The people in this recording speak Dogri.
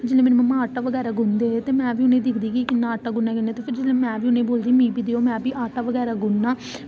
ते जेल्लै मम्मा आटा बगैरा गुनदे हे ते में बी दिखदी ही की कियां आटा गुनदे ते जेल्लै में बी दिखदी ही की कि देओ मिगी में बी आटा बगैरा गु'न्नां आं